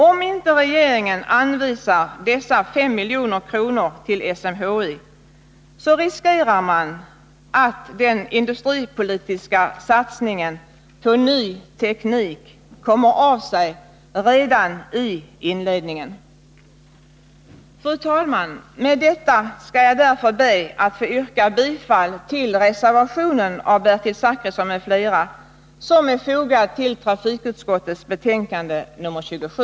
Om inte regeringen anvisar dessa 5 milj.kr. till SMHI, så riskerar man att den industripolitiska satsningen på ny teknik kommer av sig redan i inledningen. Fru talman! Med detta skall jag därför be att få yrka bifall till reservationen av Bertil Zachrisson m.fl. som är fogad till trafikutskottets betänkande nr 27: